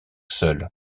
seul